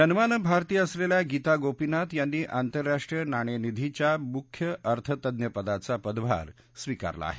जन्मानं भारतीय असलेल्या गीता गोपीनाथ यांनी आंतरराष्ट्रीय नाणेनिधीच्या मुख्य अर्थतज्ञपदाचा पदभावर स्विकारला आहे